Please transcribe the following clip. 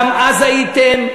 גם אז הייתם,